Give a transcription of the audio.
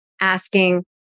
asking